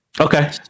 Okay